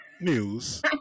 News